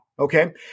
Okay